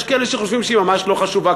יש כאלה שחושבים שהיא ממש לא חשובה,